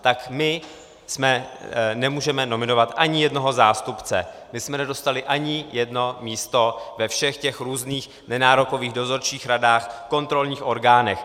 Tak my nemůžeme nominovat ani jednoho zástupce, my jsme nedostali ani jedno místo ve všech těch různých nenárokových dozorčích radách, v kontrolních orgánech.